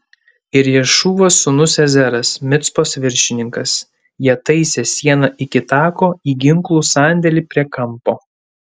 ir ješūvos sūnus ezeras micpos viršininkas jie taisė sieną iki tako į ginklų sandėlį prie kampo